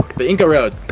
the inca road.